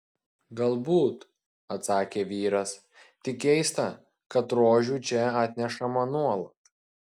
galbūt atsakė vyras tik keista kad rožių čia atnešama nuolat